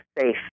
safe